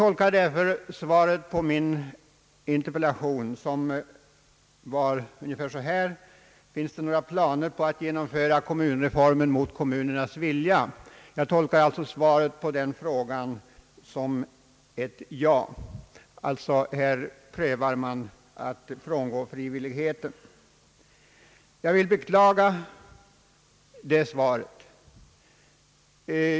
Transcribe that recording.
I min interpellation frågade jag om det fanns några planer på att genomföra kommunindelningsreformen mot kommunernas vilja. Jag tolkar alltså statsrådets svar på denna fråga såsom ett ja. Här prövar regeringen möjligheterna att frångå metoden med ett frivilligt genomförande. Jag beklagar det svaret.